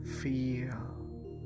feel